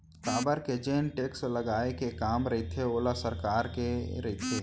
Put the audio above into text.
काबर के जेन टेक्स लगाए के काम रहिथे ओहा सरकार के रहिथे